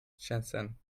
shenzhen